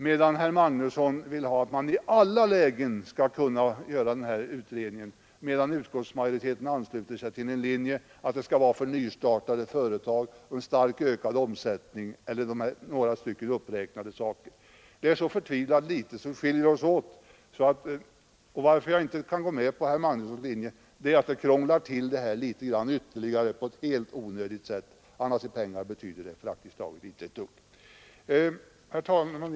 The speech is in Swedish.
Herr Magnusson vill att man i alla lägen skall kunna göra en utredning, medan utskottsmajoriteten har anslutit sig till den linjen att det skall gälla för nystartade företag med starkt ökad omsättning och i några ytterligare uppräknade fall. Det är som jag sade ytterst litet som skiljer oss åt, och att jag inte kan gå med på herr Magnussons linje beror på att det skulle krångla till det hela ytterligare alldeles i onödan. I pengar betyder det praktiskt taget inte ett dugg. Herr talman!